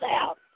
out